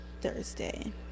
thursday